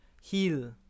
heal